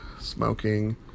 smoking